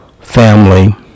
family